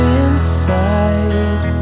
inside